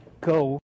go